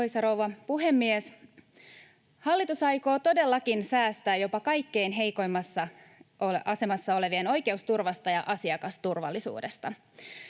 Arvoisa rouva puhemies! Hallitus aikoo todellakin säästää jopa kaikkein heikoimmassa asemassa olevien oikeusturvasta ja asiakasturvallisuudesta.